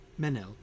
Menel